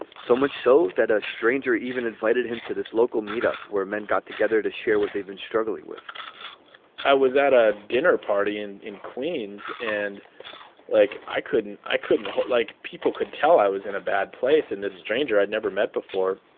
so much so that a stranger even invited him to this local meetup where men got together to share what they've been struggling with i was at a dinner party in in queens. and like, i couldn't i couldn't. like, people could tell i was in a bad place. and this stranger i had never met before.